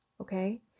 okay